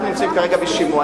אנחנו נמצאים כרגע בשימוע.